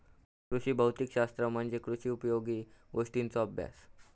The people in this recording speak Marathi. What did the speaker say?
कृषी भौतिक शास्त्र म्हणजे कृषी उपयोगी गोष्टींचों अभ्यास